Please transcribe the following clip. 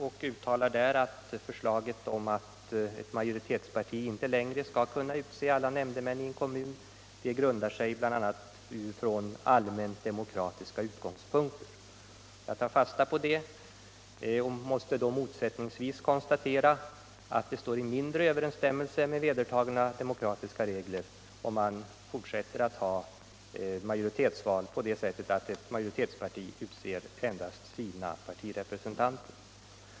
Där uttalar han bl.a. att förslaget om att ett majoritetsparti inte längre skall kunna utnämna alla nämndemän i en kommun grundar sig på allmänt demokratiska utgångspunkter. Jag tar fasta på det och måste då motsättningsvis konstatera att det står i mindre god överensstämmelse med vedertagna demokratiregler om man fortsätter att ha majoritetsval på det sättet att ett majoritetsparti utser endast representanter från sitt eget parti.